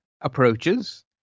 approaches